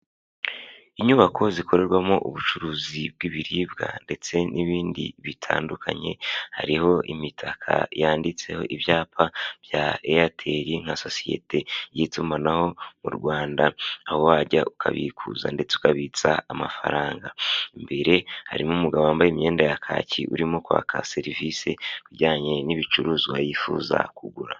Inyubako zikorerwamo ubucuruzi bw'ibiribwa ndetse n'ibindi bitandukanye. Hariho imitaka yanditseho ibyapa bya Airtel nka sosiyete y'itumanaho mu Rwanda. Aho wajya ukabikuza ndetse ukabitsa amafaranga. Imbere harimo umugabo wambaye imyenda ya kaki urimo kwaka serivisi ujyanye n'ibicuruzwa yifuza kugura.